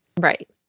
Right